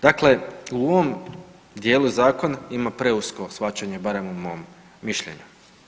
Dakle, u ovom dijelu Zakona ima preusko shvaćanje, barem u mom mišljenju.